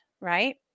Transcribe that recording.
right